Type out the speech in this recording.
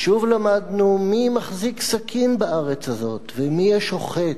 ושוב למדנו מי מחזיק סכין בארץ הזאת ומי השוחט.